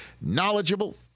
knowledgeable